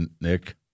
Nick